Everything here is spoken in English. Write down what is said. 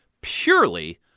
purely